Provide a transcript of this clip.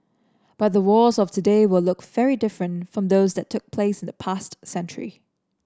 but the wars of today will look very different from those that took place in the past century